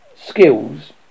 skills